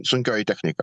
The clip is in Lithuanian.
sunkioji technika